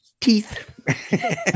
teeth